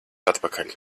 atpakaļ